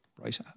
right